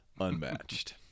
unmatched